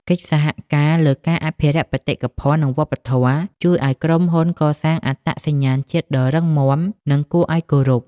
កិច្ចសហការលើការអភិរក្សបេតិកភណ្ឌ និងវប្បធម៌ ជួយឱ្យក្រុមហ៊ុនកសាងអត្តសញ្ញាណជាតិដ៏រឹងមាំ និងគួរឱ្យគោរព។